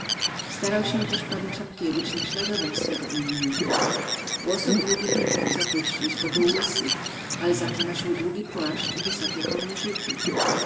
starał się też pan czapkiewicz naśladować swego imiennika włosów długich nie mógł zapuścić bo był łysy ale za to nosił długi płaszcz i wysokie kołnierzyki